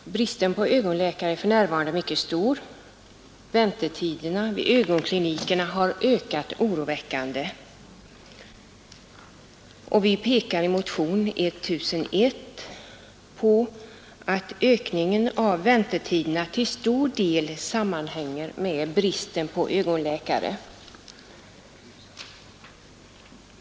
Herr talman! Bristen på ögonläkare är för närvarande mycket stor, och väntetiderna vid ögonklinikerna har ökat oroväckande. Vi pekar i motionen 1001 på att ökningen av väntetiderna till stor del sammanhänger med bristen på ögonläkare.